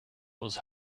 was